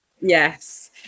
Yes